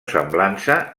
semblança